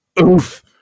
Oof